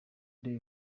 day